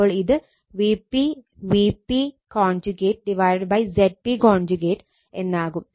അപ്പോൾ ഇത് 3 Vp Vp Zp എന്നാകും